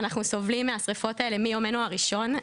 אנחנו סובלים מהשריפות האלה מיומנו הראשון.